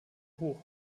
hoch